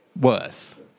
worse